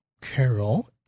Carol